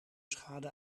schade